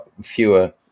fewer